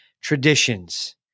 traditions